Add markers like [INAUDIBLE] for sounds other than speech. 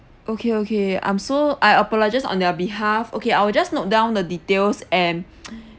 okay okay I'm so I apologise on their behalf okay I will just note down the details and [NOISE]